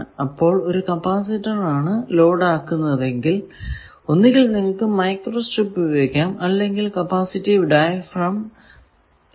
അപ്പോൾ ഒരു കപ്പാസിറ്റർ ആണ് ലോഡ് ആക്കുന്നതെങ്കിൽ ഒന്നുകിൽ നിങ്ങൾക്കു മൈക്രോ സ്ട്രിപ്പ് ഉപയോഗിക്കാം അല്ലെങ്കിൽ ക്യാപസിറ്റിവ് ഡയഫ്രം ഉപയോഗിക്കാം